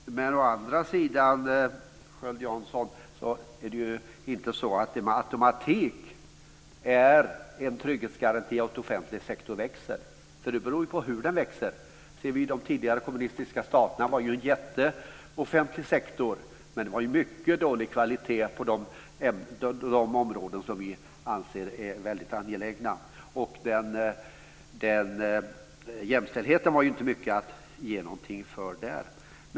Fru talman! Å andra sidan, Sköld Jansson, är det ju inte med automatik en trygghetsgaranti att en offentlig sektor växer. Det beror på hur den växer. I de tidigare kommunistiska staterna hade man en jättestor offentlig sektor, men det var mycket dålig kvalitet på de områden som vi anser är väldigt angelägna. Inte heller var jämställdheten mycket att ha.